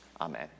Amen